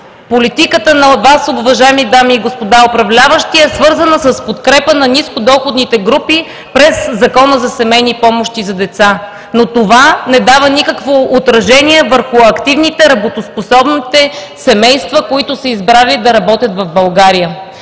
политиката на Вас, уважаеми дами и господа управляващи, е свързана с подкрепа на нискодоходните групи през Закона за семейни помощи за деца. Това обаче не дава никакво отражение върху активните, работоспособните семейства, които са избрали да работят в България.